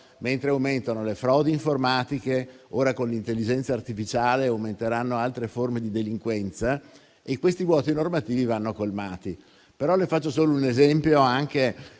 mentre aumentano le frodi informatiche e ora con l'intelligenza artificiale aumenteranno altre forme di delinquenza. Questi vuoti normativi vanno colmati. Faccio solo un esempio per